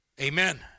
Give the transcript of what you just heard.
Amen